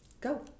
go